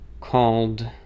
called